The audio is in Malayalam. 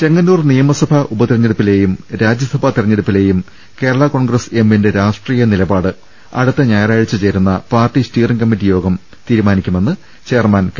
ചെങ്ങന്നൂർ നിയമസഭാ ഉപതെരഞ്ഞെടുപ്പിലെയും രാജ്യസഭാ തെരഞ്ഞെടുപ്പിലെയും കേരള കോൺഗ്രസ് എമ്മിന്റെ രാഷ്ട്രീയ നിലപാട് അടുത്ത ഞായറാഴ്ച ചേരുന്ന പാർട്ടി സിറ്റിയറിംഗ് കമ്മിറ്റി യോഗം തീരുമാ നിക്കുമെന്ന് ചെയർമാൻ കെ